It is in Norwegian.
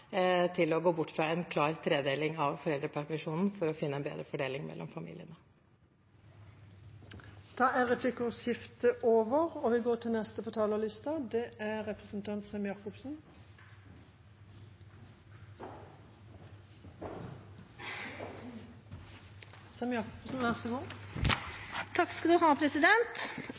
til å gå bort fra en klar tredeling av foreldrepermisjonen for å finne en bedre fordeling for familiene. Replikkordskiftet er over. Selv om det for tiden er krevende for de fleste, med høye strømpriser og ny nedstengning på